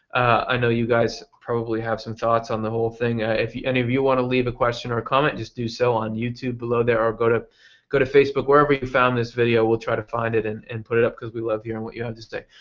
i know you guys probably have some thoughts on the whole thing. if any of you want to leave a question or a comment do so on youtube below there. or go to go to facebook, wherever you found this video, we'll try to find it and and put it up because we love hearing what you have to say.